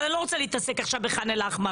אבל אני לא רוצה עכשיו להתעסק בחאן אל-אחמר,